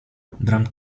bram